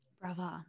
Bravo